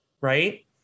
Right